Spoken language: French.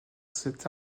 cette